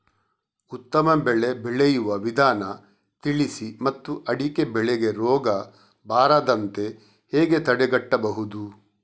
ಉತ್ತಮ ಬೆಳೆ ಬೆಳೆಯುವ ವಿಧಾನ ತಿಳಿಸಿ ಮತ್ತು ಅಡಿಕೆ ಬೆಳೆಗೆ ರೋಗ ಬರದಂತೆ ಹೇಗೆ ತಡೆಗಟ್ಟಬಹುದು?